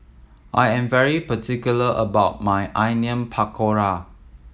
I am very particular about my Onion Pakora